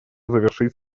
завершить